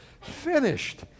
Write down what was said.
finished